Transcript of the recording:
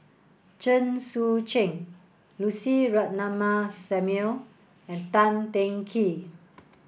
Chen Sucheng Lucy Ratnammah Samuel and Tan Teng Kee